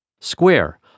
Square